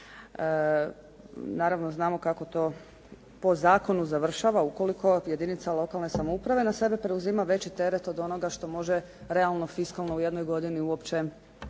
Naravno znamo kako to po zakonu završava, ukoliko od jedinica lokalne samouprave na sebe preuzima veći teret od onoga što može realno, fiskalno u jednoj godini uopće